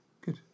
good